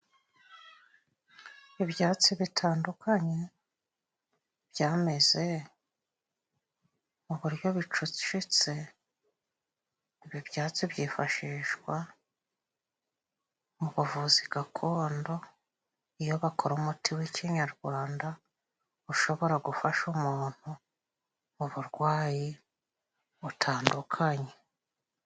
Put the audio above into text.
Ibyatsi bitandukanye byameze mu buryo bicucitse, ibi byatsi byifashishwa mu buvuzi gakondo iyo bakora umuti w'ikinyarwanda, ushobora gufasha umuntu mu burwayi butandukanye.